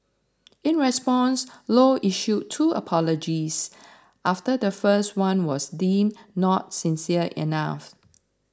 in response low issued two apologies after the first one was deemed not sincere enough